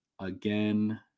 Again